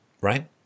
Right